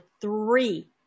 three